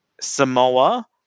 Samoa